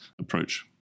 approach